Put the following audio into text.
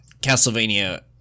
Castlevania